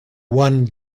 one